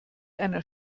einer